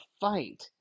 fight